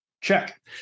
check